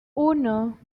uno